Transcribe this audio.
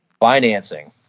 financing